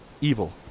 evil